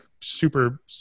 super